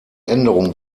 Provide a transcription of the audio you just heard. änderung